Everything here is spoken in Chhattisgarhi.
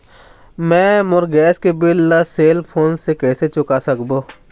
मैं मोर गैस के बिल ला सेल फोन से कइसे चुका सकबो?